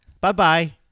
Bye-bye